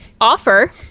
offer